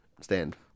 Stand